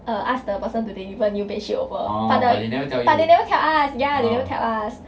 err ask the person to deliver new bed sheet over but the but they never tell us ya they never tell us